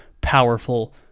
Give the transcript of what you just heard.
powerful